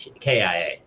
kia